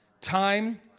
time